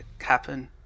happen